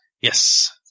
Yes